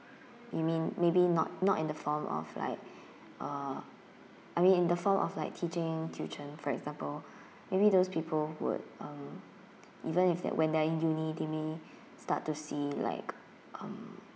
you mean maybe not not in the form of like uh I mean in the form of like teaching tuition for example maybe those people would um even if that when they're in uni they may start to see like um